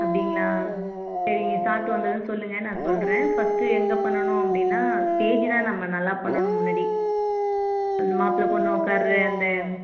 அப்படிங்களா சரி நீங்கள் சாப்பிட்டு வந்ததும் சொல்லுங்கள் நான் சொல்கிறேன் ஃபஸ்ட்டு எங்கே பண்ணனும் அப்படின்னா ஸ்டேஜி தான் நம்ம நல்லா பண்ணனும் முன்னாடி அந்த மாப்பிள பொண்ணு உட்கார அந்த